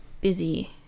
busy